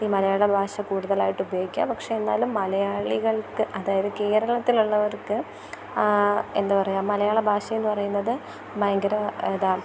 ഈ മലയാള ഭാഷ കുടുതലായിട്ട് ഉപയോഗിക്കുക പക്ഷേ എന്നാലും മലയാളികൾക്ക് അതായത് കേരളത്തിലുള്ളവർക്ക് ആ എന്തു പറയാൻ മലയാള ഭാഷ എന്നു പറയുന്നത് ഭയങ്കര ഇതാണ്